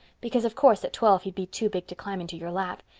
because of course at twelve he'd be too big to climb into your lap.